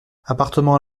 appartement